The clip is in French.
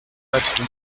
patron